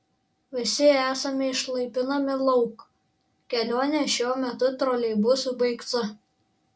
visi esame išlaipinami lauk kelionė šiuo troleibusu baigta